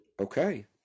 Okay